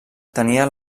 tenia